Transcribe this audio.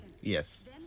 Yes